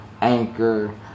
Anchor